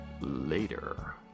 later